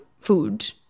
food